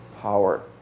power